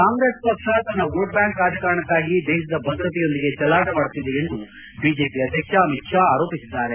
ಕಾಂಗ್ರೆಸ್ ಪಕ್ಷ ತನ್ನ vote bank ರಾಜಕಾರಣಕ್ಕಾಗಿ ದೇಶದ ಭದ್ರತೆಯೊಂದಿಗೆ ಚೆಲ್ಲಾಟವಾಡುತ್ತಿದೆ ಎಂದು ಬಿಜೆಪಿ ಅಧ್ವಕ್ಷ ಅಮಿತ್ ಶಾ ಆರೋಪಿಸಿದ್ದಾರೆ